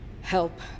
help